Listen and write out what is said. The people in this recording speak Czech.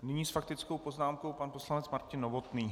Nyní s faktickou poznámkou pan poslanec Martin Novotný.